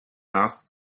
last